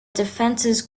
defenses